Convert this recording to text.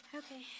Okay